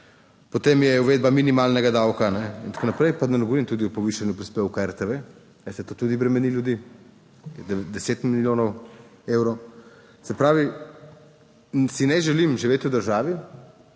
Potem je uvedba minimalnega davka in tako naprej. Pa da ne govorim tudi o povišanju prispevka RTV, to tudi bremeni ljudi, ki je deset milijonov evrov. Se pravi, si ne želim živeti v državi,